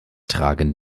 tragen